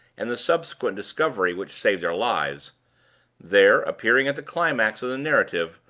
and the subsequent discovery which saved their lives there, appearing at the climax of the narrative,